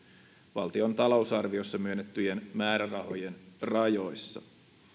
valtion talousarviossa myönnettyjen määrärahojen rajoissa